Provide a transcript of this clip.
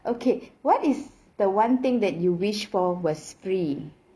okay what is the one thing that you wish for was free